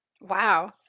Wow